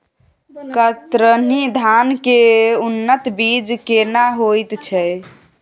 कतरनी धान के उन्नत बीज केना होयत छै?